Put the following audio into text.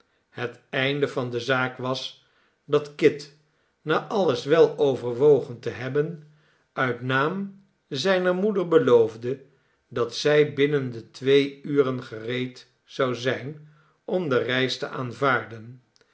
het einde van de zaak was dat kit na alles wel overwogen te hebben uit naam zijner moeder beloofde dat zij binnen de twee uren gereed zou zijn om de reis te aanvaarden